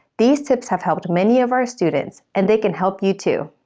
these tips have helped many of our students, and they can help you, too!